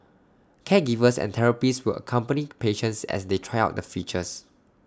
caregivers and therapists will accompany patients as they try out the features